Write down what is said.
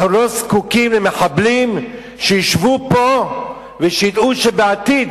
אנחנו לא זקוקים למחבלים שישבו פה וידעו שבעתיד